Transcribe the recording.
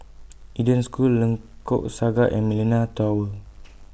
Eden School Lengkok Saga and Millenia Tower